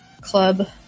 club